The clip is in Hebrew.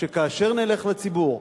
שכאשר נלך לציבור,